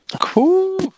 Cool